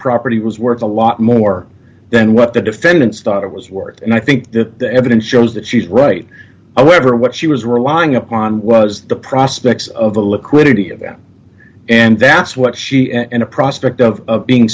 property was worth a lot more than what the defendants thought it was worth and i think that the evidence shows that she's right however what she was relying upon was the prospects of the liquidity of them and that's what she and a prospect of being